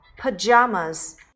Pajamas